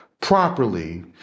properly